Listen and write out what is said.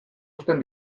uzten